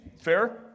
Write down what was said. Fair